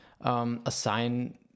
assign